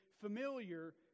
Familiar